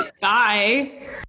Bye